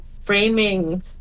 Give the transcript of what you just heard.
framing